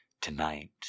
Tonight